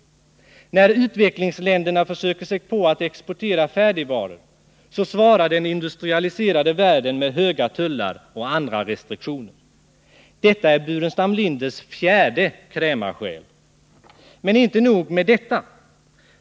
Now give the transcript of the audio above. När utvecklingsländerna försöker sig på att exportera färdigvaror så svarar den industrialiserade världen med höga tullar och andra restriktioner. Detta är Staffan Burenstam Linders fjärde krämarsjäl. Men det är inte nog med detta.